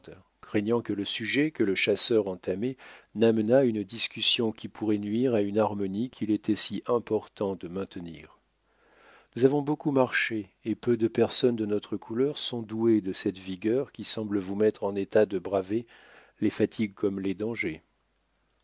craignant que le sujet que le chasseur entamait n'amenât une discussion qui pourrait nuire à une harmonie qu'il était si important de maintenir nous avons beaucoup marché et peu de personnes de notre couleur sont douées de cette vigueur qui semble vous mettre en état de braver les fatigues comme les dangers